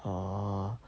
orh